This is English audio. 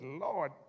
Lord